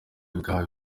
bwawe